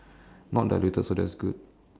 not diluted so that's good